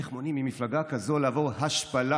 איך מונעים ממפלגה כזאת לעבור השפלה